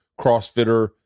crossfitter